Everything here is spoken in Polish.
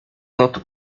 todt